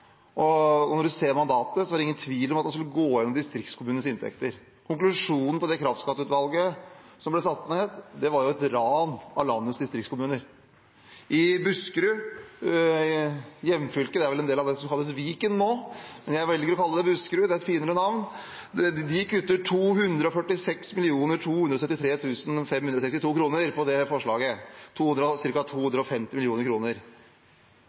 kraftskatteinntektene. Når man ser mandatet, er det ingen tvil om at man skulle gå igjennom distriktskommunenes inntekter. Konklusjonen til kraftskatteutvalget som ble satt ned, var et ran av landets distriktskommuner. I Buskerud, det er vel det som kalles Viken nå – jeg velger å kalle det Buskerud, for det er et finere navn – kutter de 246 273 562 kr i det forslaget, ca. 250 mill. kr. Helleland reiser rundt og